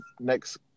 next